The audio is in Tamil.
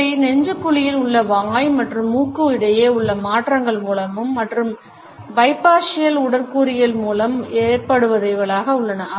இவை நெஞ்சுக் குழியில் உள்ள வாய் மற்றும் மூக்கு இடையே உள்ள மாற்றங்கள் மூலமும் மற்றும் பைபாஷியல் உடற்கூறியல் மூலமும் ஏற்படுபவைகளாக உள்ளன